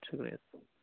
شکریہ سر